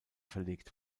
verlegt